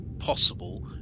Possible